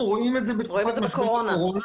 אנחנו רואים בתקופת משבר הקורונה,